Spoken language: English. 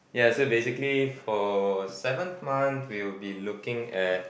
yes so basically for seventh month we will be looking at